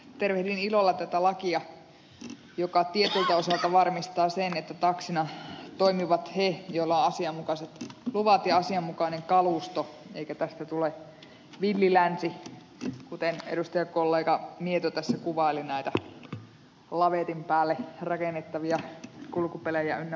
tervehdin ilolla tätä lakia joka tietyltä osalta varmistaa sen että taksina toimivat ne joilla on asianmukaiset luvat ja asianmukainen kalusto eikä tästä tule villi länsi kuten edustajakollega mieto tässä kuvaili näitä lavetin päälle rakennettavia kulkupelejä ynnä muita